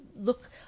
look